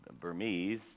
Burmese